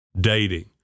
dating